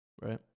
Right